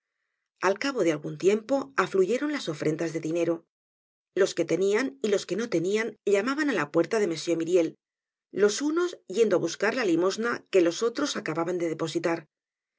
al cabo de algun tiempo afluyeron las ofrendas de dinero los que tenian y los que no tenian llamaban á la puerta de m myriel los unos yendo á buscar la limosna que los otros acababan de depositar